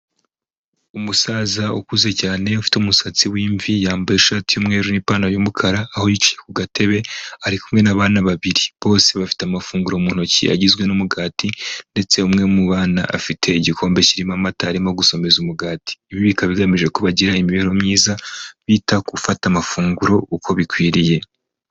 Umusaza ukuze cyane ufite umusatsi w'imimvi yambaye ishati y'umweru n'ipantaro y'umukara aho yicaye ku gatebe ari kumwe n'abana babiri. Bose bafite amafunguro mu ntoki agizwe n'umugati ndetse umwe mu bana afite igikombe kirimo amata arimo gusomeza umugati. Ibi bikaba bigamije ko bagira imibereho myiza bita ku gufata amafunguro uko bikwiriye.